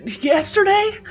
yesterday